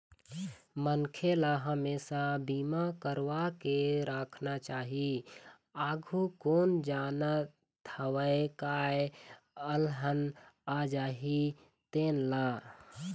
मनखे ल हमेसा बीमा करवा के राखना चाही, आघु कोन जानत हवय काय अलहन आ जाही तेन ला